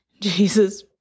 Jesus